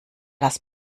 das